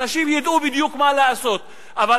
אנשים ידעו בדיוק מה לעשות כדי לא להסתבך עם החוק הזה.